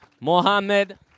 Mohammed